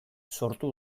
sortu